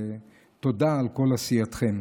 תודה על כל עשייתכם.